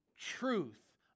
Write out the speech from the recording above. truth